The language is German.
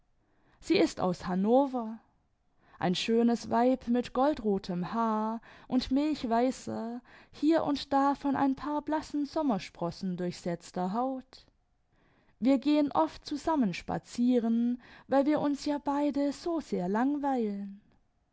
sie ist aus hannover ein schönes weib mit goldrotem haar und milchweißer hier imd da von ein paar blassen sonmiersprossen durchsetzter haut wir gehen oft zusanmien spazieren weil wir uns ja beide so sehr langweilen